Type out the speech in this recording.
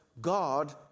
God